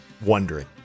wondering